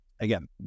again